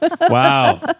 Wow